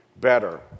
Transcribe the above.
better